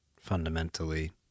fundamentally